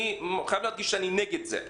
אני חייב להדגיש שאני נגד זה.